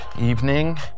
evening